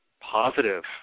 positive